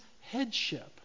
headship